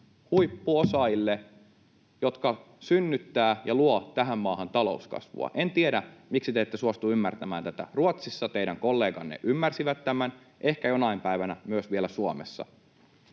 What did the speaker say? huippuosaajille, jotka synnyttävät ja luovat tähän maahan talouskasvua. En tiedä, miksi te ette suostu ymmärtämään tätä. Ruotsissa teidän kolleganne ymmärsivät tämän, ehkä vielä jonain päivänä myös Suomessa.